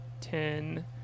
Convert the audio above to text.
ten